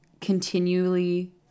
continually